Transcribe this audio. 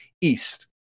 East